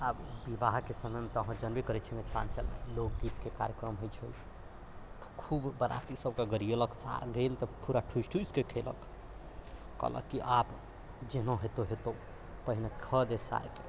आ विवाहके समयमे तऽ अहाँ जनबै करै छियै मिथिलाञ्चलमे लोक गीतके कार्यक्रम होइ छै खूब बरियाती सभके गरियेलक सार गेल तऽ पूरा ठूसि ठूसिके खेलक कहलक कि आब जेहनो हेतौ हेतौ पहिने खाइ दे सारके